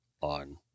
on